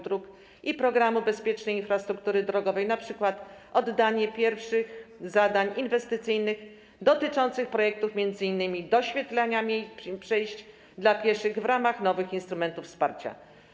Dróg i programu bezpiecznej infrastruktury drogowej, np. oddanie pierwszych zadań inwestycyjnych dotyczących projektów m.in. doświetlania przejść dla pieszych w ramach nowych instrumentów wsparcia.